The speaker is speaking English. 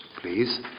please